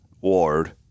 Ward